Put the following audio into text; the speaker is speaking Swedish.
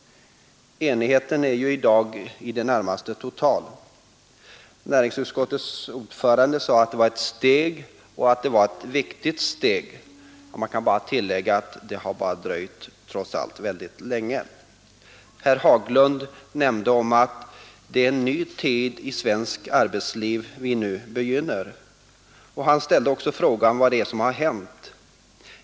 Enigheten är i dag i det närmaste total. Näringsutskottets ordförande sade att detta är ett steg, och ett viktigt steg. Man kan bara tillägga att detta steg har dröjt länge. Herr Haglund nämnde att det är en ny tid i svenskt arbetsliv som vi nu begynner, och han frågade sig vad det är som har hänt.